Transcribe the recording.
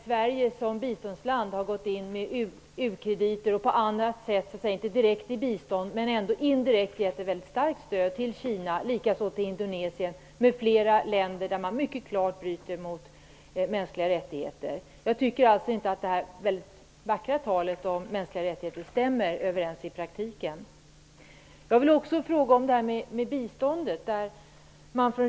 Sverige har som biståndsland gått in med u-krediter och på andra sätt gett ett indirekt starkt stöd till Kina, likaså till Indonesien m.fl. länder där man klart bryter mot de mänskliga rättigheterna. Jag tycker inte att det vackra talet om mänskliga rättigheter stämmer överens i praktiken. Jag vill ställa en fråga om biståndet.